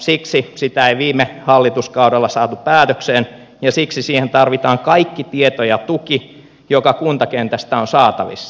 siksi sitä ei viime hallituskaudella saatu päätökseen ja siksi siihen tarvitaan kaikki tieto ja tuki joka kuntakentästä on saatavissa